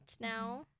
now